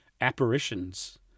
apparitions